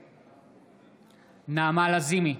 נגד נעמה לזימי,